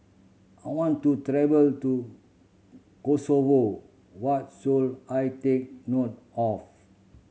I want to travel to Kosovo what should I take note of